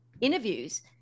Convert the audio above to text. interviews